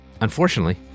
Unfortunately